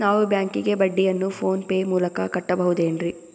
ನಾವು ಬ್ಯಾಂಕಿಗೆ ಬಡ್ಡಿಯನ್ನು ಫೋನ್ ಪೇ ಮೂಲಕ ಕಟ್ಟಬಹುದೇನ್ರಿ?